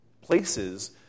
places